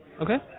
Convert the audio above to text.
Okay